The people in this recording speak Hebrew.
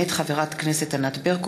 מאת חבר הכנסת מיקי רוזנטל,